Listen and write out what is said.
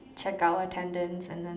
check our attendance and then